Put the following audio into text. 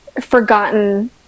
forgotten